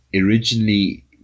originally